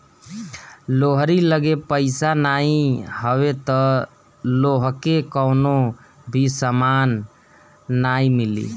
तोहरी लगे पईसा नाइ हवे तअ तोहके कवनो भी सामान नाइ मिली